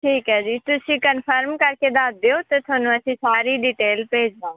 ਠੀਕ ਹੈ ਜੀ ਤੁਸੀਂ ਕਨਫਰਮ ਕਰਕੇ ਦੱਸ ਦਿਓ ਅਤੇ ਤੁਹਾਨੂੰ ਅਸੀਂ ਸਾਰੀ ਡਿਟੇਲ ਭੇਜ ਦੇਵਾਂਗੇ